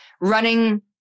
running